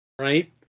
right